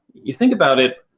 you think about it,